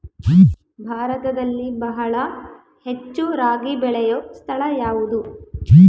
ಭಾರತದಲ್ಲಿ ಬಹಳ ಹೆಚ್ಚು ರಾಗಿ ಬೆಳೆಯೋ ಸ್ಥಳ ಯಾವುದು?